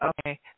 okay